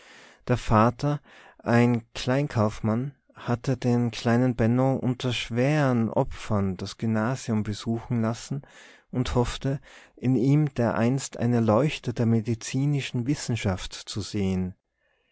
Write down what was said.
der vater ein kleinkaufmann hatte den kleinen benno unter schweren opfern das gymnasium besuchen lassen und hoffte in ihm dereinst eine leuchte der medizinischen wissenschaft zu sehen